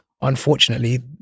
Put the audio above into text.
unfortunately